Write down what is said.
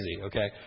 okay